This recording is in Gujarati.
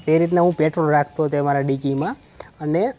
એ રીતના હું પેટ્રોલ રાખતો તે મારા ડેકીમાં અને